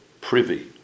privy